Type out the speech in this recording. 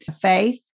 faith